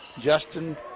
Justin